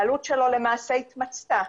העלות שלו למעשה התמצתה,